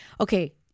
okay